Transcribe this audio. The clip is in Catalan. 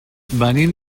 venim